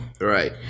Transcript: Right